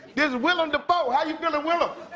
here's willem dafoe. how you feeling willem?